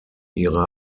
ihre